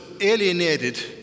alienated